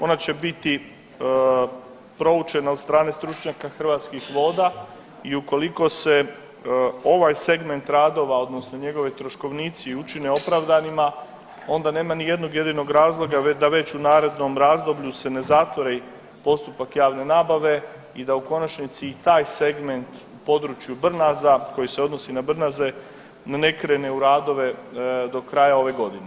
Ona će biti proučena od strane stručnjaka Hrvatskih voda i ukoliko se ovaj segment radova odnosno njegovi troškovnici učine opravdanima onda nema ni jednog jedinog razloga da već u narednom razdoblju se ne zatvori postupak javne nabave i da u konačnici i taj segment u području Brnaza koji se odnosi na Brnaze ne krene u radove do kraja ove godine.